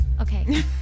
Okay